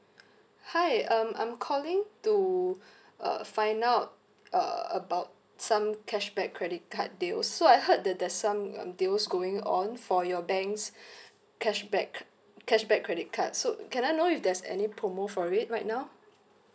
hi um I'm calling to uh find out uh about some cashback credit card deals so I heard that there's some um deals going on for your bank's cashback cre~ cashback credit card so can I know if there's any promo for it right now